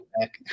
back